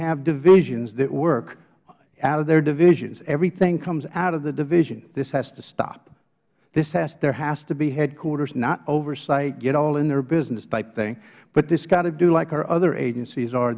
have divisions that work out of their divisions everything comes out of the division this has to stop there has to be headquarters not oversight get all in their business type thing but it has got to do like our other agencies are